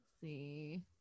see